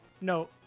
no